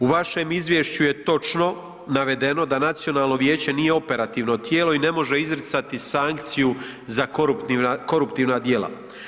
U vašem Izvješću je točno navedeno na Nacionalno vijeće nije operativno tijelo i ne može izricati sankciju za koruptivna djela.